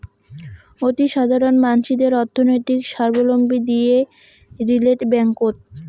অতিসাধারণ মানসিদের অর্থনৈতিক সাবলম্বী দিই রিটেল ব্যাঙ্ককোত